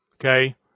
Okay